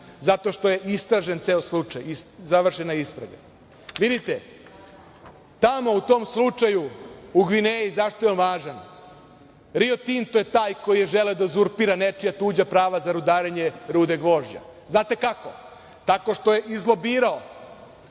jer je istražen ceo slučaj i završena istraga. Vidite, tamo u tom slučaju, u Gvineji, zašto je važan, Rio Tinto je taj koji je želeo da uzurpira nečija tuđa prava za rudarenje rude gvožđa. Znate kako, tako što je izlobirao